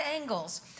angles